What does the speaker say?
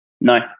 No